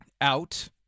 out